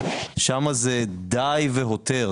שמה זה די והותר,